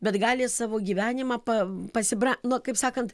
bet gali savo gyvenimą pa pasibra nu kaip sakant